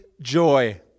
joy